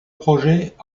projet